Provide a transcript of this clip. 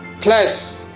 plus